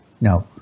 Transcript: No